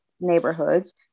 neighborhoods